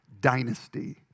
dynasty